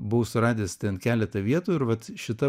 buvau suradęs ten keletą vietų ir vat šita